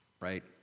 right